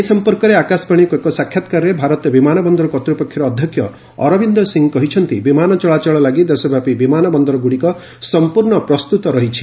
ଏ ସଂପର୍କରେ ଆକାଶବାଣୀକୁ ଏକ ସାକ୍ଷାତକାରରେ ଭାରତୀୟ ବିମାନ ବନ୍ଦର କର୍ତ୍ତପକ୍ଷର ଅଧ୍ୟକ୍ଷ ଅରବିନ୍ଦ ସିଂ କହିଛନ୍ତି ବିମାନ ଚଳାଚଳ ଲାଗି ଦେଶବ୍ୟାପି ବିମାନ ବନ୍ଦରଗୁଡ଼ିକ ସଂପ୍ରର୍ଷ୍ଣ ପ୍ରସ୍ତୁତ ରହିଛି